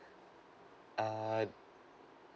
err